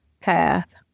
path